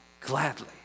gladly